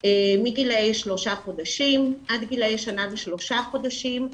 מגיל שלושה חודשים עד גיל שנה ושלושה חודשים.